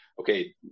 okay